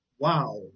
Wow